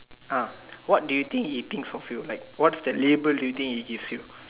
ah what do you think he thinks of you like what's the label do you think he gives you